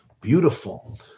beautiful